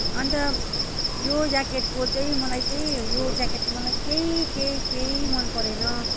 अन्त यो ज्याकेटको चाहिँ मलाई चाहिँ यो ज्याकेटको मलाई केही केही केही मनपरेन